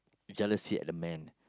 jealousy at a man